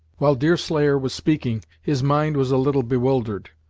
while deerslayer was speaking, his mind was a little bewildered,